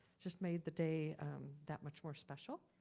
just made the day that much more special.